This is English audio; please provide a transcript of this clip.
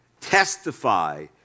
testify